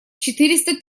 четыреста